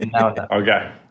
Okay